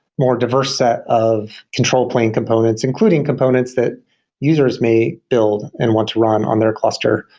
more diverse set of control plane components, including components that users may build and want to run on their cluster.